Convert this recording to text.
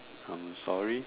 I'm sorry